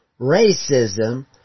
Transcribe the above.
Racism